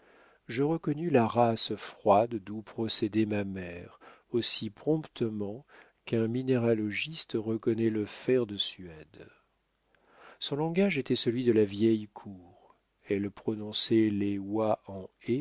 je reconnus la race froide d'où procédait ma mère aussi promptement qu'un minéralogiste reconnaît le fer de suède son langage était celui de la vieille cour elle prononçait les